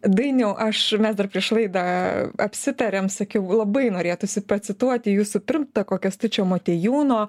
dainiau aš mes dar prieš laidą apsitarėm sakiau labai norėtųsi pacituoti jūsų pirmtako kęstučio motiejūno